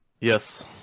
Yes